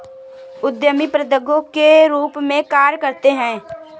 उद्यमी प्रबंधकों के रूप में कार्य करते हैं